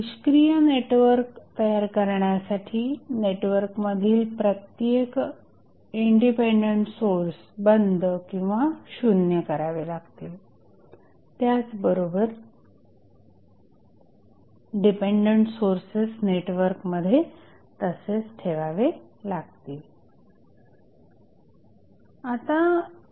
निष्क्रिय नेटवर्क तयार करण्यासाठी नेटवर्क मधील प्रत्येक इंडिपेंडेंट सोर्स बंद किंवा शुन्य करावे लागतील त्याचबरोबर डिपेंडेंट सोर्सेस नेटवर्कमध्ये तसेच ठेवावे लागतील